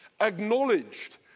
acknowledged